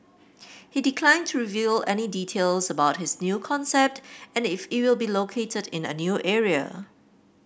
he declined to reveal any details about his new concept and if it will be located in a new area